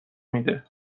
میده